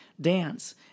dance